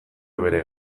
bere